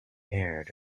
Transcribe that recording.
aired